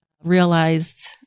realized